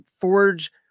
forge